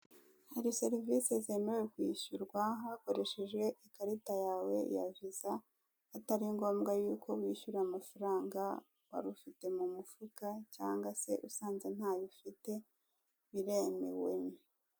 Hari serivise zemewe kwishyurwa hakoreshejwe ikarita yawe ya viza, atari ngombwa yuko wishyura amafaranga warufite mu mufuka, cyangwa se usanze ntayo ufite, biremewe.